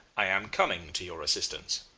i am coming to your assistance